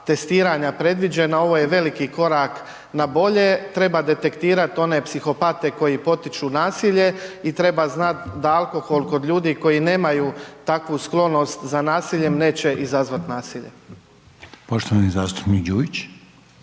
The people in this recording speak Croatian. testiranja predviđena, ovo je veliki korak na bolje. Treba detektirat one psihopate koji potiču nasilje i treba znati da alkohol kod ljudi koji nemaju takvu sklonost za nasiljem neće izazvati nasilje. **Reiner,